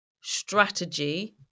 strategy